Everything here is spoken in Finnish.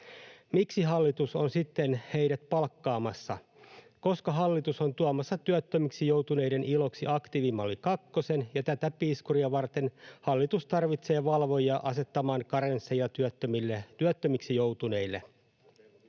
Miksi hallitus on sitten heidät palkkaamassa? Koska hallitus on tuomassa työttömiksi joutuneiden iloksi aktiivimalli kakkosen ja tätä piiskuria varten hallitus tarvitsee valvojia asettamaan karensseja työttömille,